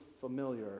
familiar